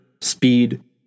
speed